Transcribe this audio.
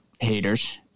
haters